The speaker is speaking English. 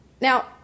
Now